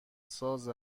ساز